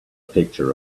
picture